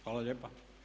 Hvala lijepa.